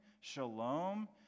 shalom